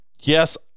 yes